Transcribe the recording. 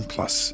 Plus